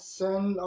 send